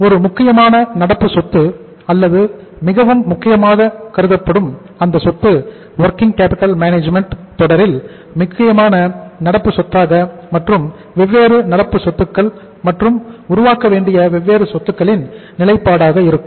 ஒரு முக்கியமான நடப்பு சொத்து அல்லது மிகவும் முக்கியமானதாக கருதப்படும் அந்த சொத்து வொர்கிங் கேப்பிட்டல் மேனேஜ்மென்ட் தொடரில் முக்கியமான நடப்பு சொத்தாக மற்றும் வெவ்வேறு நடப்பு சொத்துக்கள் மற்றும் உருவாக்கவேண்டிய வெவ்வேறு சொத்துக்களின் நிலைப்பாடாக இருக்கும்